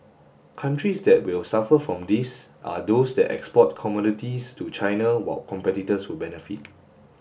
countries that will suffer from this are those that export commodities to China while competitors will benefit